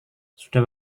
sudah